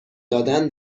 دادن